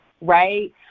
right